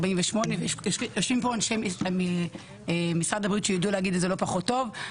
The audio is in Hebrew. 48. יושבים פה ממשרד הבריאות שידעו להגיד את זה לא פחות טוב.